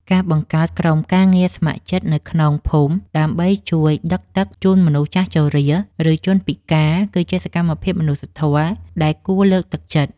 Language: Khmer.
ការបង្កើតក្រុមការងារស្ម័គ្រចិត្តនៅក្នុងភូមិដើម្បីជួយដឹកទឹកជូនមនុស្សចាស់ជរា ឬជនពិការគឺជាសកម្មភាពមនុស្សធម៌ដែលគួរលើកទឹកចិត្ត។